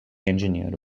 engineer